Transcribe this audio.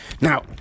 Now